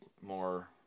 more